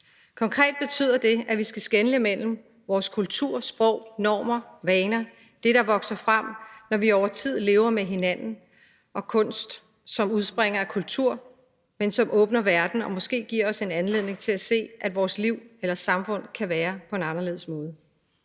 Konkret betyder det, at vi skal skelne mellem vores kultur, sprog, normer og vaner – det, der vokser frem, når vi over tid lever med hinanden – og kunst, som udspringer af kultur, men som åbner verden og måske giver os en anledning til at se, at vores liv eller samfund kan være på en anderledes måde.